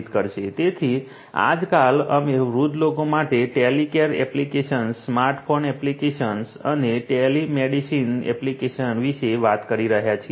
તેથી આજકાલ અમે વૃદ્ધ લોકો માટે ટેલીકેર એપ્લિકેશન્સ સ્માર્ટફોન એપ્લિકેશન્સ અને ટેલિમેડિસિન એપ્લિકેશન્સ વિશે વાત કરી રહ્યા છીએ